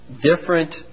Different